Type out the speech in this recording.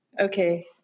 okay